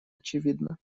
очевидна